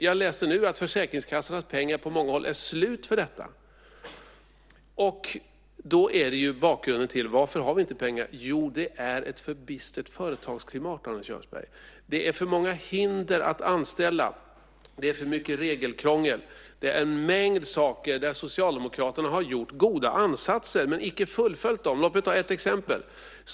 Jag läste att Försäkringskassans pengar för detta på många håll nu är slut. Och varför har vi inte pengar? Jo, det är ett för bistert företagsklimat, Arne Kjörnsberg. Det är för många hinder att anställa. Det är för mycket regelkrångel. Socialdemokraterna har gjort goda ansatser i fråga om en mängd saker men icke fullföljt dem. Jag ska ta ett exempel.